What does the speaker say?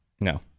No